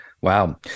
Wow